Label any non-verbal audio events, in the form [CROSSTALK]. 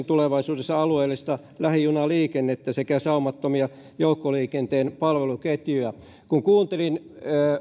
[UNINTELLIGIBLE] tulevaisuudessa alueellista lähijunaliikennettä sekä saumattomia joukkoliikenteen palveluketjuja kun kuuntelin